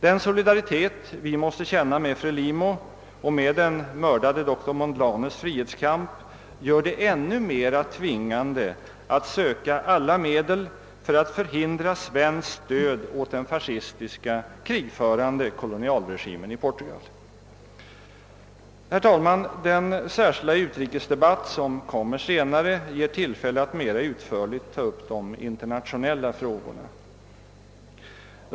Den solidaritet vi måste känna med Frelimo och med den mördade doktor Mondlanes frihetskamp gör det ännu mera tvingande att söka alla medel för att förhindra svenskt stöd åt den fascistiska, krigförande kolonialregimen i Portugal. Den särskilda utrikesdebatt som kommer senare ger tillfälle att mera utförligt ta upp de internationella frågorna.